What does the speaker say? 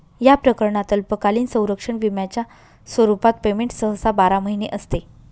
या प्रकरणात अल्पकालीन संरक्षण विम्याच्या स्वरूपात पेमेंट सहसा बारा महिने असते